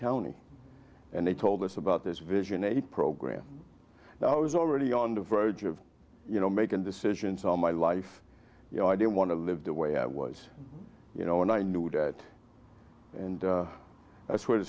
county and they told us about this vision a program that was already on the verge of you know making decisions on my life you know i didn't want to live the way i was you know and i knew that and that's where the